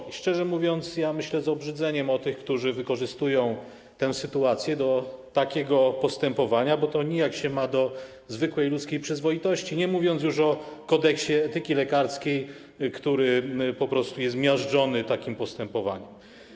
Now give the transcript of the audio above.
I szczerze mówiąc, myślę z obrzydzeniem o tych, którzy wykorzystują tę sytuację do takiego postępowania, bo to ma się nijak do zwykłej ludzkiej przyzwoitości, nie mówiąc już o Kodeksie etyki lekarskiej, który po prostu jest miażdżony takim postępowaniem.